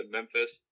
Memphis